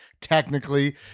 technically